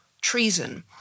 treason